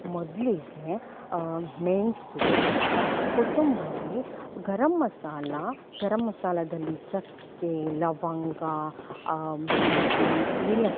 ಮೊದಲಿಗೆ ಮೆಣಸು ಕೊತ್ತಂಬರಿ ಗರಮ್ ಮಸಾಲೆ ಗರಮ್ ಮಸಾಲದಲ್ಲಿ ಚಕ್ಕೆ ಲವಂಗ ಹಾಗೆಯೇ ಏಲಕ್ಕಿ